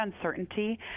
uncertainty